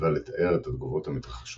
- המיטיבה לתאר את התגובות המתרחשות